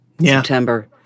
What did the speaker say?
September